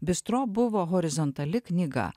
bistro buvo horizontali knyga